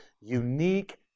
unique